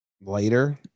later